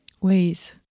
ways